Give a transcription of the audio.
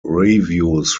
reviews